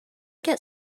get